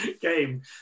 game